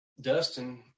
Dustin